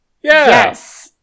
Yes